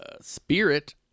Spirit